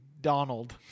Donald